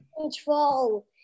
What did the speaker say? control